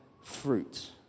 fruit